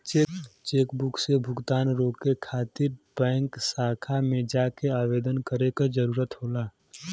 chequebook से भुगतान रोके खातिर बैंक शाखा में जाके आवेदन करे क जरुरत होला